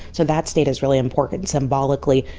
so that state is really important symbolically.